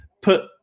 put